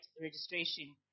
registration